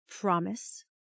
Promise